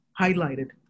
highlighted